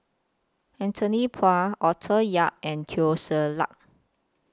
Anthony Poon Arthur Yap and Teo Ser Luck